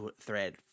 thread